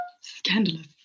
scandalous